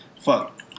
fuck